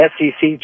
SEC